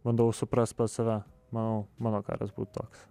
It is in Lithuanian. bandau suprast save manau mano karas bū toks